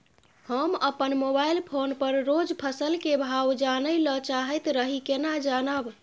हम अपन mobile phone पर रोज फसल के भाव जानय ल चाहैत रही केना जानब?